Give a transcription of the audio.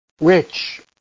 rich